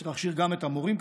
צריך להכשיר גם את המורים,